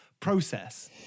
process